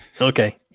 Okay